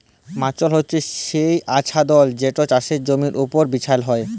mulch হছে সে আচ্ছাদল যেট চাষের জমির উপর বিছাল হ্যয়